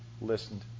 listened